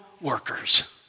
workers